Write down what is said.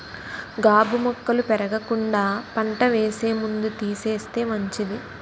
గాబు మొక్కలు పెరగకుండా పంట వేసే ముందు తీసేస్తే మంచిది